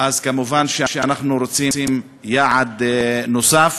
אז מובן שאנחנו רוצים יעד נוסף,